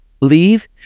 leave